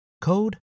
code